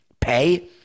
pay